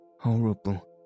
Horrible